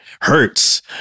hurts